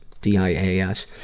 D-I-A-S